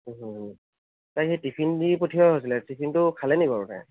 হু হু হু তাই হেই টিফিন দি পঠিওৱা হৈছিলে টিফিনটো খালে নি বাৰু তাই